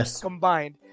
combined